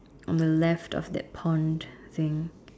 on the left of that pond thing